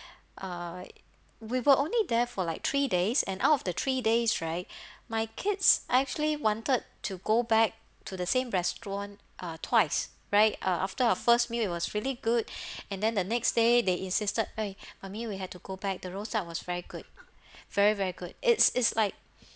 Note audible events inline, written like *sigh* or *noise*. uh we were only there for like three days and out of the three days right my kids actually wanted to go back to the same restaurant uh twice right uh after our first meal it was really good *breath* and then the next day they insisted !oi! mummy we had to go back the roast duck was very good very very good it's is like